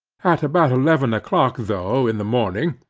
at about eleven o'clock though, in the morning,